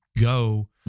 go